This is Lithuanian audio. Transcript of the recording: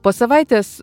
po savaitės